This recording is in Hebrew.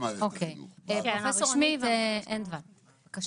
אוקיי, פרופ' רונית אנדוולט בבקשה.